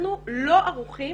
אנחנו לא ערוכים